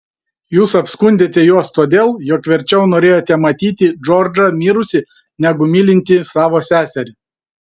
jūs apskundėte juos todėl jog verčiau norėjote matyti džordžą mirusį negu mylintį savo seserį